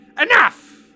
enough